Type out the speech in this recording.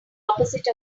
opposite